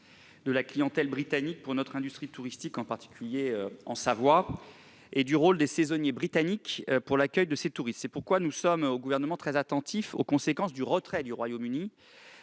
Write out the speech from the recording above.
de la clientèle britannique pour notre industrie touristique, en particulier en Savoie, et du rôle des saisonniers britanniques pour l'accueil de ces touristes. C'est pourquoi nous sommes très attentifs aux conséquences du retrait du Royaume-Uni